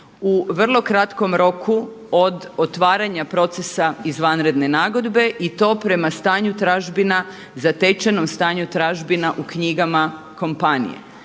u vrlo kratkom roku od otvaranja procesa izvanredne nagodbe i to prema stanju tražbina, zatečenom stanju tražbina u knjigama kompanije.